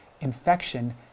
infection